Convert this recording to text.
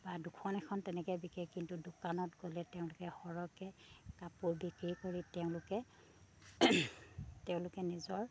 বা দুখন এখন তেনেকে বিকে কিন্তু দোকানত গ'লে তেওঁলোকে সৰহকে কাপোৰ বিক্ৰী কৰি তেওঁলোকে তেওঁলোকে নিজৰ